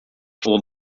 all